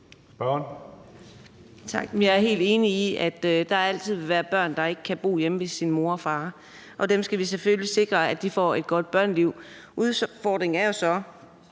Jeg er helt enig i, at der altid vil være børn, der ikke kan bo hjemme ved deres mor og far, og vi skal selvfølgelig sikre, at de får et godt børneliv. Udfordringen er jo så,